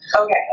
Okay